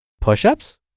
Push-ups